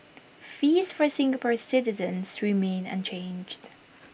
fees for Singapore citizens remain unchanged